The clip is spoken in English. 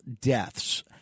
deaths